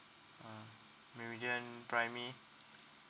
uh meridian primary